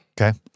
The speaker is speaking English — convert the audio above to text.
Okay